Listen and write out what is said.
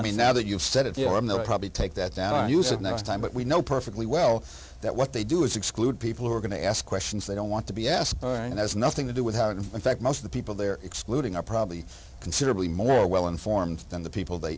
i mean now that you've said it you know i'm there are probably take that that i use of the time but we know perfectly well that what they do is exclude people who are going to ask questions they don't want to be asked and there's nothing to do with how and in fact most of the people they're excluding are probably considerably more well informed than the people they